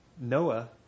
Noah